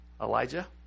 elijah